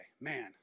man